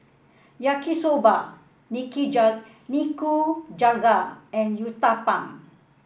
Yaki Soba Nikujaga and Uthapam